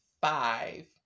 five